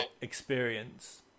experience